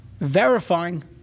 verifying